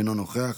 אינו נוכח,